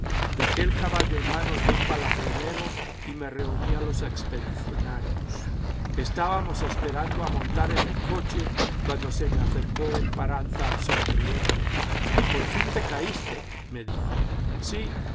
dejé el caballo en manos de un palafrenero y me reuní a los expedicionarios estábamos esperando a montar en el coche cuando se me acercó emparanza sonriendo por fin caíste me dijo sí y